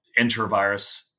enterovirus